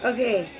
Okay